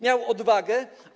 Miał odwagę.